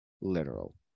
literal